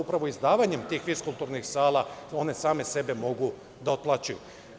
Upravo izdavanjem tih fiskulturnih sala, one same sebe mogu da otplaćuju.